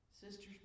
sisters